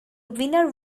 winner